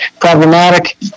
Problematic